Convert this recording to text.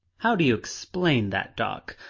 how do you explain that, doc?